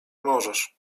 możesz